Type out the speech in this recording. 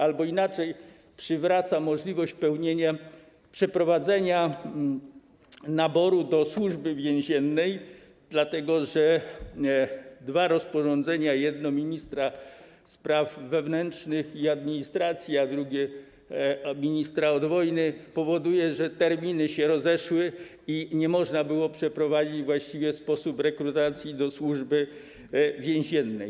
Albo inaczej: przywraca możliwość przeprowadzenia naboru do Służby Więziennej, dlatego że dwa rozporządzenia, jedno ministra spraw wewnętrznych i administracji, a drugie ministra od wojny powoduje, że terminu się rozeszły i nie można było przeprowadzić we właściwy sposób rekrutacji do Służby Więziennej.